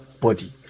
body